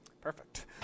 Perfect